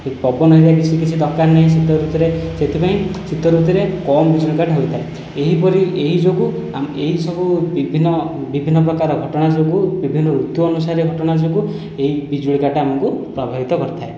କି ପବନ ହେରିକା ବେଶି କିଛି ଦରକାର ନାହିଁ ଶୀତ ଋତୁରେ ସେଥିପାଇଁ ଶୀତ ଋତୁରେ କମ ବିଜୁଳି କାଟ ହୋଇଥାଏ ଏହିପରି ଏହିଯୋଗୁଁ ଏହିସବୁ ବିଭିନ୍ନ ବିଭିନ୍ନ ପ୍ରକାର ଘଟଣା ଯୋଗୁଁ ବିଭିନ୍ନ ଋତୁ ଅନୁସାରେ ଘଟଣା ଯୋଗୁଁ ଏହି ବିଜୁଳି କାଟ ଆମକୁ ପ୍ରଭାବିତ କରିଥାଏ